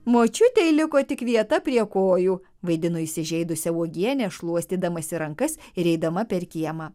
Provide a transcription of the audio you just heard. močiutei liko tik vieta prie kojų vaidino įsižeidusi uogienė šluostydamasi rankas ir eidama per kiemą